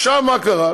עכשיו, מה קרה?